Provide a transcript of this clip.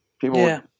people